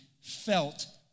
felt